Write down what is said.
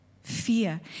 fear